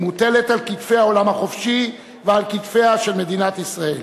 היא מוטלת על כתפי העולם החופשי ועל כתפיה של מדינת ישראל.